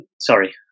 sorry